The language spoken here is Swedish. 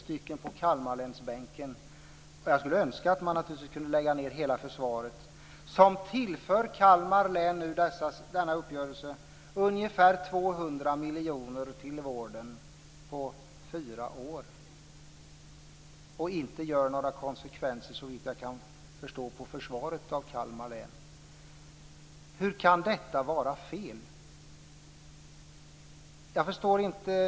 Vi är tre på Kalmarlänsbänken som deltar, och vi vet att denna uppgörelse tillför Kalmar län ungefär 200 miljoner till vården på fyra år. Såvitt jag kan förstå ger det inte några konsekvenser för försvaret av Kalmar län. Hur kan detta vara fel? Jag förstår det inte.